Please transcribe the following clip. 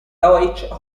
deutsche